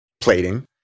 plating